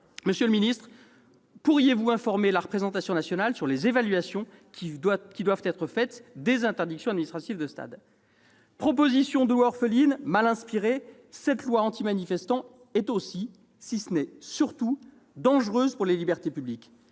Monsieur le ministre, pourriez-vous informer la représentation nationale des évaluations qui doivent être faites des interdictions administratives de stade ? Proposition de loi orpheline, mal inspirée, cette loi anti-manifestants est aussi, si ce n'est surtout, dangereuse pour les libertés publiques.